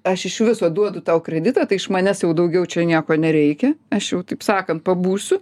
aš iš viso duodu tau kreditą tai iš manęs jau daugiau čia nieko nereikia aš jau taip sakant pabūsiu